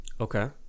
Okay